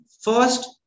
First